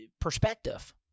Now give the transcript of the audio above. perspective